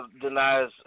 denies